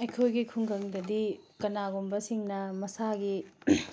ꯑꯩꯈꯣꯏꯒꯤ ꯈꯨꯡꯒꯪꯗꯗꯤ ꯀꯅꯥꯒꯨꯝꯕꯁꯤꯡꯅ ꯃꯁꯥꯒꯤ